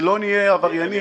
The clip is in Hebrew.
שלא נהיה עבריינים.